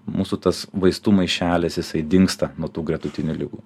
mūsų tas vaistų maišelis jisai dingsta nuo tų gretutinių ligų